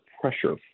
pressure